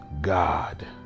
God